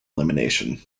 elimination